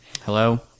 Hello